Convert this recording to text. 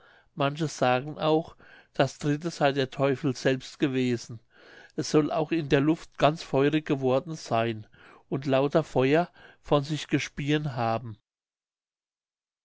manche sagen auch das dritte sey der teufel selbst gewesen es soll auch in der luft ganz feurig geworden seyn und lauter feuer von sich gespieen haben